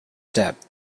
step